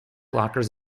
blockers